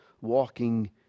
walking